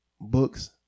books